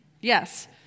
Yes